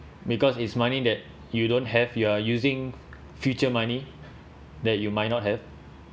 because it's money that you don't have you are using future money that you might not have